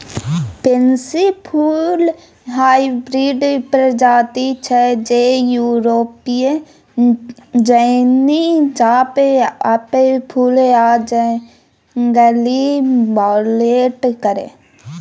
pansy फुल hybrid प्रजाति छै जे युरोपीय जौनी जंप अप फुल आ जंगली वायोलेट केर